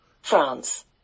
France